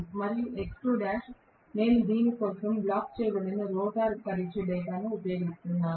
నేను ఇంకా పొందలేదు మరియుదీని కోసం నేను బ్లాక్ చేయబడిన రోటర్ పరీక్ష డేటాను ఉపయోగిస్తున్నాను